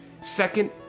second